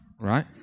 right